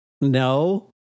no